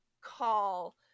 call